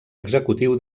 executiu